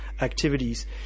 activities